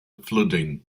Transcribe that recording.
flooding